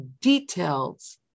details